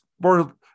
more